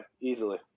easily